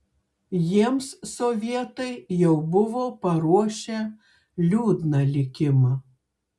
jiems sovietai jau buvo paruošę liūdną likimą